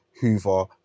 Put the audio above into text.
Hoover